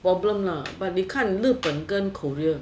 problem lah but 你看日本和 korea